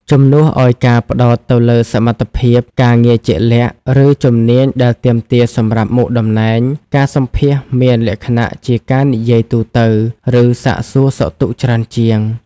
ជំនួសឲ្យការផ្តោតទៅលើសមត្ថភាពការងារជាក់លាក់ ឬជំនាញដែលទាមទារសម្រាប់មុខតំណែង ការសម្ភាសន៍មានលក្ខណៈជាការនិយាយទូទៅ ឬសាកសួរសុខទុក្ខច្រើនជាង។